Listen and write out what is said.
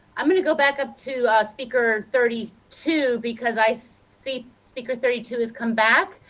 i'm going to go back up to ah speaker thirty two, because i see speaker thirty two has come back.